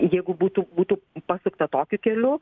jeigu būtų būtų pasukta tokiu keliu